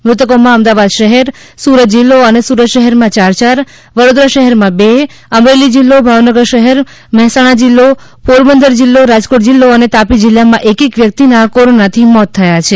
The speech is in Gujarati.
મૃતકોમાં અમદાવાદ શહેર સુરત જિલ્લો અને સુરત શહેરમાં ચાર ચાર વડોદરા શહેરમાં બે અમરેલી જિલ્લો ભાવનગર શહેર મહેસાણા જિલ્લો પોરબંદર જિલ્લો રાજકોટ જિલ્લો અને તાપી જિલ્લામાં એક એક વ્યક્તિના કોરોનાથી મોત નિપજયા છે